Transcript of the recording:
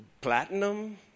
Platinum